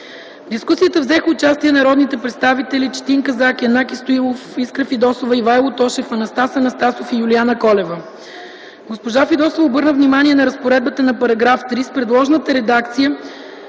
В дискусията взеха участие народните представители Четин Казак, Искра Фидосова, Янаки Стоилов, Ивайло Тошев, Анастас Анастасов и Юлиана Колева. Госпожа Фидосова обърна внимание на разпоредбата на § 3. С предложената редакция